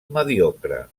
mediocre